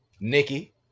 nikki